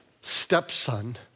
stepson